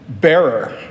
bearer